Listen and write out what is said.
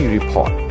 Report